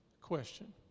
question